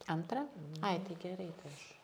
antrą ai tai gerai tai aš